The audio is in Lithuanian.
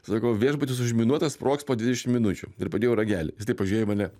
sakau viešbutis užminuotas sprogs po dvidešimt minučių ir padėjau ragelį jis taip pažiūrėjo į mane